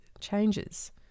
changes